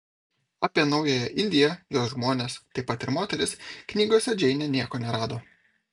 apie naująją indiją jos žmones taip pat ir moteris knygose džeinė nieko nerado